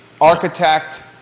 Architect